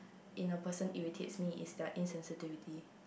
in a person irritates me is their insensitivity